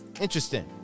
interesting